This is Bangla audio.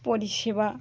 পরিষেবা